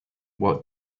what